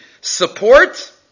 support